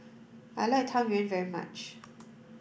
I like Tang Yuen very much